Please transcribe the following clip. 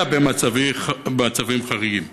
אלא במצבים חריגים.